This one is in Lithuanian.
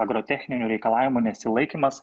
agrotechninių reikalavimų nesilaikymas